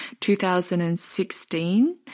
2016